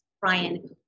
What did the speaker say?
Brian